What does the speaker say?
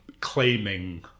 claiming